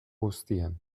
guztian